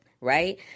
Right